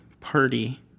party